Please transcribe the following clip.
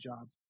jobs